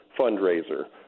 fundraiser